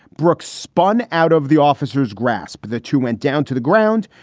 brooks spun out of the officers grasp. the two went down to the ground.